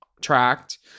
tracked